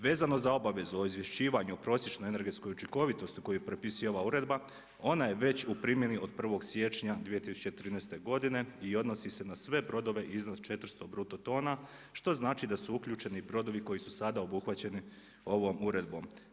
Vezano za obavezu o izvješćivanju o prosječnoj energetskoj učinkovitosti koju propisuje ova uredba, ona je već u primjeni od 1. siječnja 2013. godine i odnosi se na sve brodove iznad 400 bruto toga što znači da su uključeni i brodovi koji su sada obuhvaćeni ovom uredbom.